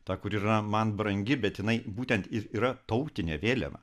ta kur yra man brangi bet jinai būtent ir yra tautinė vėliava